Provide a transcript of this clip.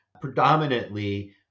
predominantly